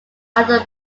other